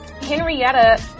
Henrietta